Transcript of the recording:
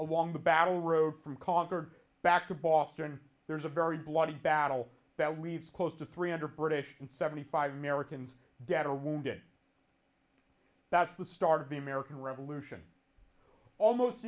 along the battle road from concord back to boston there's a very bloody battle that leaves close to three hundred british and seventy five americans dead or wounded that's the start of the american revolution almost